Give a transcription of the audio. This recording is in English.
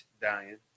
dying